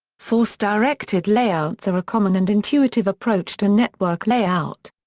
force-directed layouts are a common and intuitive approach to network layout.